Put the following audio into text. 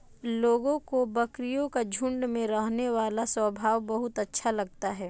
लोगों को बकरियों का झुंड में रहने वाला स्वभाव बहुत अच्छा लगता है